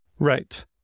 Right